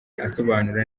asobanura